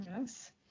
Yes